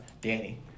Danny